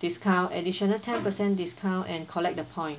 discount additional ten percent discount and collect the point